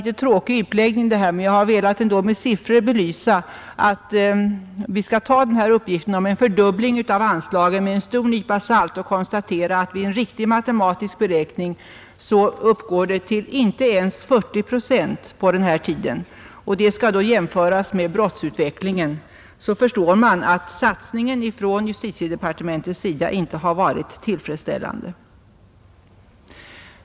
Den här utläggningen är kanske lite tröttande, men jag har med siffror velat belysa att vi bör ta uppgiften om en fördubbling av anslaget med en stor nypa salt och konstatera att ökningen vid en riktig matematisk beräkning inte ens uppgår till 40 procent. Jämför man denna ökning med brottsutvecklingen, förstår man att satsningen från justitiedepartementets sida inte varit tillfredsställande.